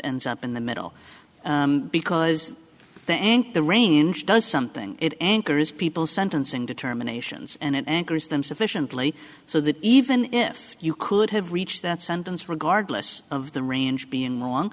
and up in the middle because the nk the range does something it anchors people sentencing determinations and anchors them sufficiently so that even if you could have reached that sentence regardless of the range being wrong